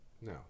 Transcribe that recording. No